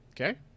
Okay